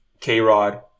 K-Rod